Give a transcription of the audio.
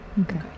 Okay